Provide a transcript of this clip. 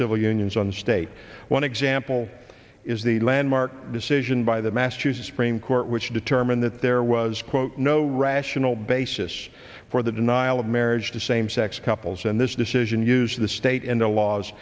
civil unions on the state one example is the landmark decision by the massachusetts framed court which determined that there was quote no rational basis for the denial of marriage to same sex couples and this decision used the state and the laws